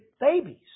babies